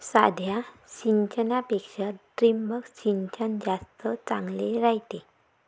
साध्या सिंचनापेक्षा ठिबक सिंचन जास्त चांगले रायते